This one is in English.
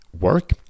work